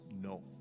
no